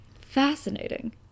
Fascinating